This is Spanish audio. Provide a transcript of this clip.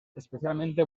especialmente